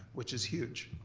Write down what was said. which is huge.